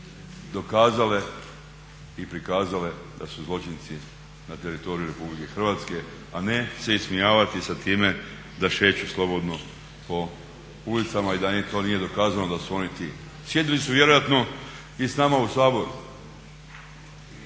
dokazale i prikazale da su zločinci na teritoriju RH a ne se ismijavati sa time da šeću slobodno po ulicama i da im to nije dokazano da su oni ti. Sjedili su vjerojatno i s nama u Saboru,